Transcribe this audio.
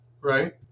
right